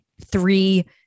three